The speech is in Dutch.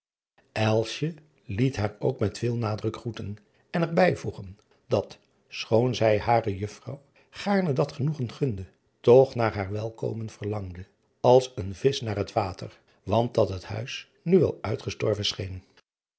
liet haar ook met veel nadruk groeten en er bijvoegen dat schoon zij hare juffrouw gaarne dat genoegen gunde toch naar haar weêrkomen verlangde als een visch naar het water want dat het huis nu wel uitgestorven scheen